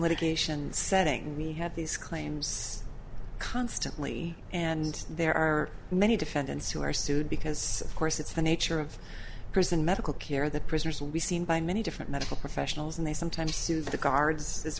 litigation setting we have these claims constantly and there are many defendants who are sued because of course it's the nature of prison medical care the prisoners will be seen by many different medical professionals and they sometimes sue the guards as